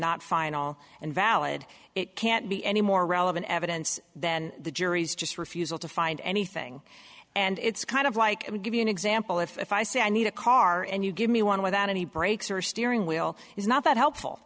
not final and valid it can't be any more relevant evidence than the jury's just refusal to find anything and it's kind of like give you an example if i say i need a car and you give me one without any brakes or steering wheel is not that helpful